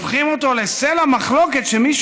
הופכת להיות סלע מחלוקת כאן,